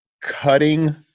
cutting